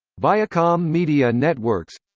viacom media networks